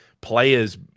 players